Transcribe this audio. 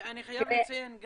אני חייב לציין,